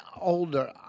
older